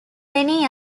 lenny